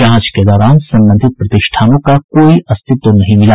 जांच के दौरान संबंधित प्रतिष्ठानों का कोई अस्तित्व नहीं मिला